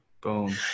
Boom